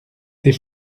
des